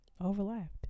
Overlapped